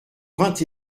vingt